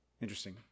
interesting